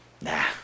nah